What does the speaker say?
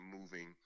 moving